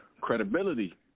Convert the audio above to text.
credibility